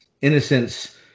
innocence